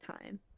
time